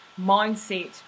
mindset